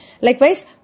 Likewise